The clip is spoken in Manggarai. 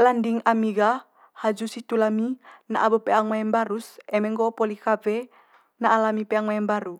Landing ami gah haju situ lami na be peang mai mbaru's eme nggo'o poli kawe na'a lami peang mai mbaru.